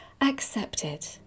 accepted